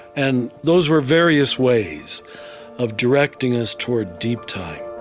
and those were various ways of directing us toward deep time